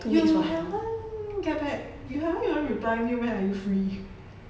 you haven't get back you haven't even reply me when are you free